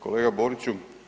Kolega Boriću.